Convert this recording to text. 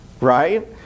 right